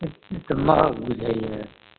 ई किछु महग बुझाइया